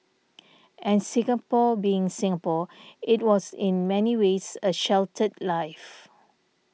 and Singapore being Singapore it was in many ways a sheltered life